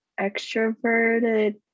extroverted